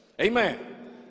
Amen